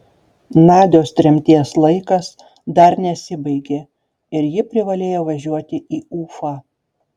nadios tremties laikas dar nesibaigė ir ji privalėjo važiuoti į ufą